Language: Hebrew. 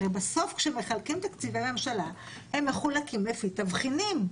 הרי בסוף כשמחלקים תקציבי ממשלה הם מחולקים לפי תבחינים.